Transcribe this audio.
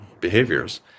behaviors